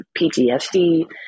PTSD